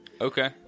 Okay